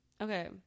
Okay